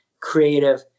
creative